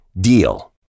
DEAL